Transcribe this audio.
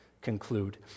conclude